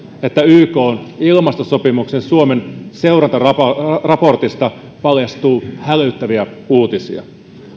että ykn ilmastosopimuksen suomen seurantaraportista paljastuu hälyttäviä uutisia